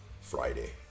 Friday